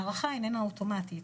ההארכה היא איננה אוטומטית,